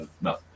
no